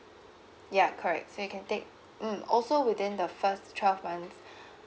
ya correct so you can take mm also within the first twelve months